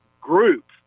group